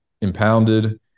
impounded